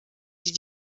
die